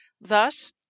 Thus